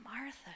Martha